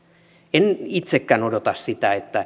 en itsekään odota sitä